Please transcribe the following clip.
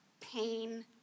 pain